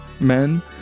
men